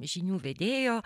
žinių vedėjo